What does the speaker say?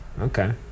Okay